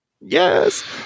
Yes